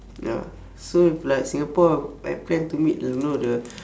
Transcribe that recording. ya so if like singapore I plan to meet you know the